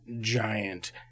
giant